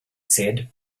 said